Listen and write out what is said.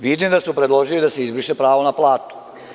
Vidim da su predložili da se izbriše pravo na platu.